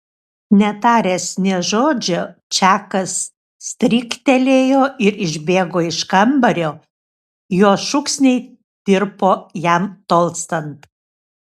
netaręs nė žodžio čakas stryktelėjo ir išbėgo iš kambario jo šūksniai tirpo jam tolstant